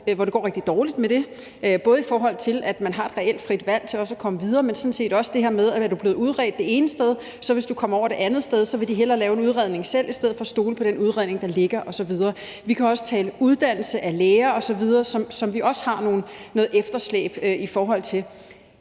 hvor det går rigtig dårligt med det, både forhold til at man har et reelt frit valg til at komme videre, men sådan set også det her med, at er man blevet udredt det ene sted og kommer over et andet sted, så vil de hellere lave en udredning selv i stedet for at stole på den udredning, der ligger osv. Vi kan også tale uddannelse af læger osv., som vi også har noget efterslæb i forhold til.